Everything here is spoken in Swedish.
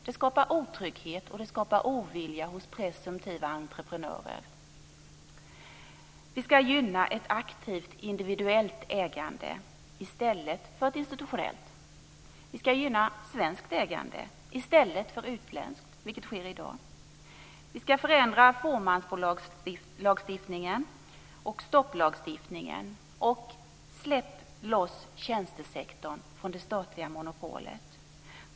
Det skapar otrygghet och ovilja hos presumtiva entreprenörer. Vi ska gynna ett aktivt individuellt ägande i stället för ett institutionellt. Vi ska gynna svenskt ägande i stället för utländskt, vilket sker i dag. Vi ska förändra fåmansbolagslagstiftningen och stopplagstiftningen. Släpp loss tjänstesektorn från det statliga monopolet.